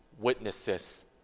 witnesses